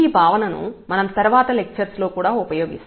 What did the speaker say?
ఈ భావనను మనం తర్వాత లెక్చర్స్ లో కూడా ఉపయోగిస్తాం